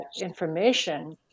information